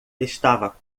estava